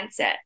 mindset